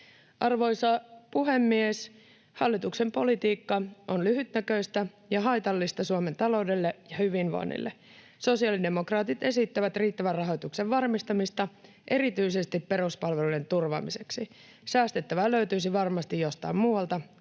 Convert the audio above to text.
Arvoisa puhemies! Hallituksen politiikka on lyhytnäköistä ja haitallista Suomen taloudelle ja hyvinvoinnille. Sosiaalidemokraatit esittävät riittävän rahoituksen varmistamista erityisesti peruspalveluiden turvaamiseksi. Säästettävää löytyisi varmasti jostain muualta